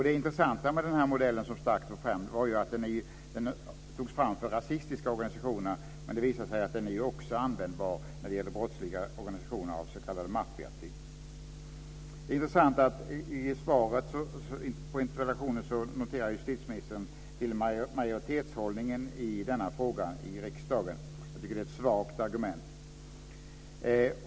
Det intressanta med den modell som Stark tog fram var ju att den togs fram för rasistiska organisationer, men det visar sig att den också är användbar när det gäller brottsliga organisationer av s.k. maffiatyp. Det är intressant att justitieministern i svaret på interpellationen noterar majoritetshållningen i denna fråga i riksdagen. Jag tycker att det är ett svagt argument.